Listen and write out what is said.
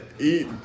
eat